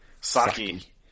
Saki